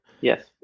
Yes